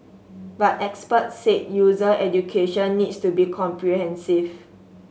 but experts said user education needs to be comprehensive